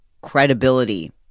credibility